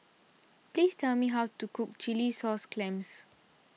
Please tell me how to cook Chilli Sauce Clams